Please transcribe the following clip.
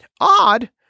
Odd